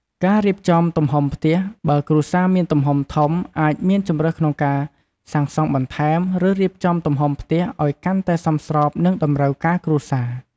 ការរៀបចំទំហំផ្ទះ បើគ្រួសារមានទំហំធំ អាចមានជម្រើសក្នុងការសាងសង់បន្ថែម ឬរៀបចំទំហំផ្ទះឲ្យកាន់តែសមស្របនឹងតម្រូវការគ្រួសារ។